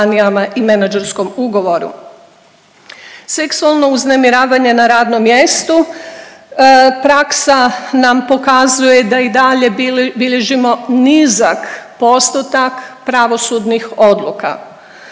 i menadžerskom ugovoru. Seksualno uznemiravanje na radnom mjestu, praksa nam pokazuje da i dalje bilježimo nizak postotak pravosudnih odluka.